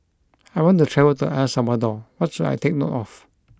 I want to travel to El Salvador what should I take note of